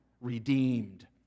redeemed